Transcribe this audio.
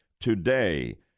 today